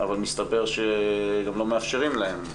אבל מסתבר שגם לא מאפשרים להם.